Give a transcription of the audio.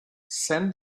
send